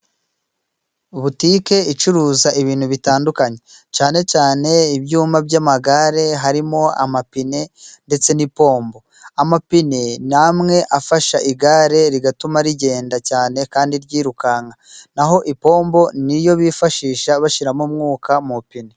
Butike icuruza ibintu bitandukanye cyane cyane ibyuma by'amagare harimo amapine ndetse n'ipombo, amapine ni amwe afasha igare rigatuma rigenda cyane kandi ryirukanka naho ipombo niyo bifashisha bashiramo umwuka mu ipine.